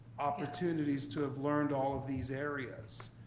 opportunities to have learned all of these areas.